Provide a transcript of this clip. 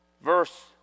verse